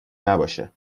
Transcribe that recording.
نباشه